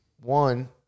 One